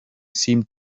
seemed